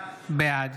בעד